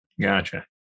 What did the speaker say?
Gotcha